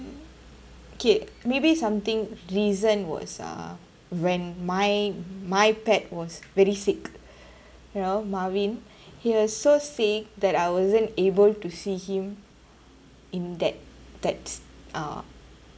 kay maybe something recent was uh when my my pet was very sick you know marvin he was so sick that I wasn't able to see him in that that's uh